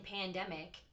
pandemic